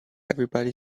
everybody